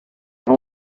only